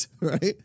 right